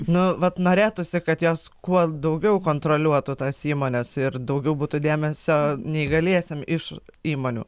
nu vat norėtųsi kad jos kuo daugiau kontroliuotų tas įmones ir daugiau būtų dėmesio neįgaliesiem iš įmonių